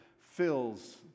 fills